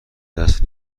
دست